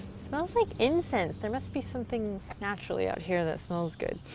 smells like incense, there must be something naturally out here that smells good.